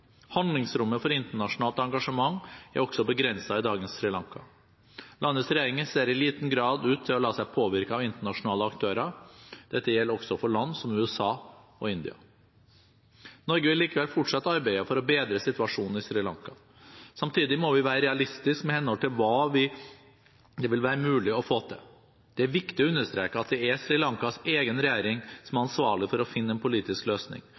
Handlingsrommet for internasjonalt engasjement er også begrenset i dagens Sri Lanka. Landets regjering ser i liten grad ut til å la seg påvirke av internasjonale aktører. Dette gjelder også for land som USA og India. Norge vil likevel fortsatt arbeide for å bedre situasjonen i Sri Lanka. Samtidig må vi være realistiske med hensyn til hva det vil være mulig å få til. Det er viktig å understreke at det er Sri Lankas egen regjering som er ansvarlig for å finne en politisk løsning,